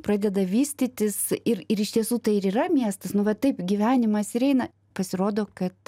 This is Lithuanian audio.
pradeda vystytis ir ir iš tiesų tai ir yra miestas nu va taip gyvenimas ir eina pasirodo kad